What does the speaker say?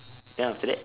then after that